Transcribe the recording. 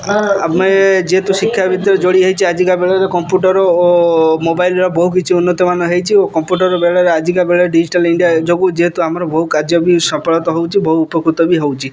ଆମେ ଯେହେତୁ ଶିକ୍ଷା ଭିତରେ ଯୋଡ଼ିହୋଇଛେ ଆଜିକା ବେଳରେ କମ୍ପୁଟର୍ ଓ ମୋବାଇଲ୍ର ବହୁ କିଛି ଉନ୍ନତମାନର ହୋଇଛି ଓ କମ୍ପୁଟର୍ ବେଳରେ ଆଜିକା ବେଳରେ ଡିଜିଟାଲ୍ ଇଣ୍ଡିଆ ଯୋଗୁଁ ଆମ ବହୁ କାର୍ଯ୍ୟ ବି ସଫଳ ତ ହେଉଛି ବହୁ ଉପକୃତ ବି ହେଉଛି